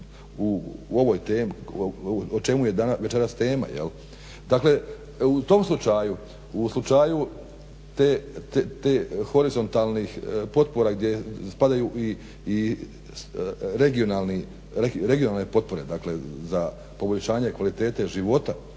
u ovoj temi, o čemu je večeras tema. Dakle, u tom slučaju, u slučaju te horizontalnih potpora gdje spadaju i regionalne potpore, dakle za poboljšanje kvalitete života